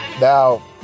Now